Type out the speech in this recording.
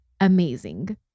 amazing